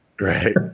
Right